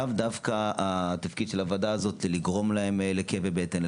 הוועדה הזאת הוא לאו דווקא לגרום להם לכאבי בטן,